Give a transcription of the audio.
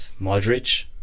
Modric